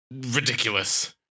Ridiculous